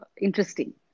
interesting